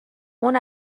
اون